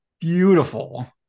beautiful